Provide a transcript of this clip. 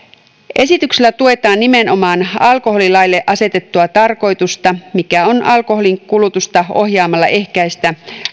esityksellä tuetaan nimenomaan alkoholilaille asetettua tarkoitusta joka on alkoholinkulutusta ohjaamalla ehkäistä